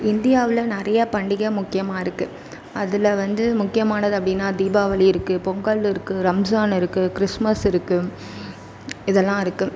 இந்தியாவில் நிறைய பண்டிகை முக்கியமாக இருக்குது அதில் வந்து முக்கியமானது அப்படினா தீபாவளி இருக்குது பொங்கல் இருக்குது ரம்ஜான் இருக்குது கிறிஸ்மஸ் இருக்குது இதெல்லாம் இருக்குது